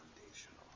foundational